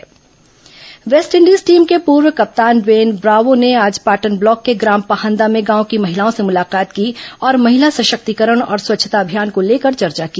Bravo Patan West Indies team के पूर्व कप्तान ड्वेन ब्रावो ने आज पाटन ब्लॉक के ग्राम पाहंदा में गांव की महिलाओं से मुलाकात की और महिला सशक्तिकरण और स्वच्छता अभियान को लेकर चर्चा की